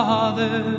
Father